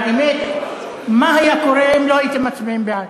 האמת, מה היה קורה אם לא הייתם מצביעים בעד?